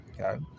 Okay